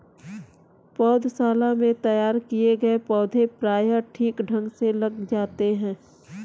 पौधशाला में तैयार किए गए पौधे प्रायः ठीक ढंग से लग जाते हैं